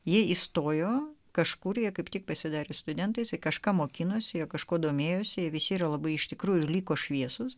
ji įstojo kažkur jie kaip tik pasidarius studentais kažką mokinosi kažko domėjosi visi yra labai iš tikrųjų liko šviesūs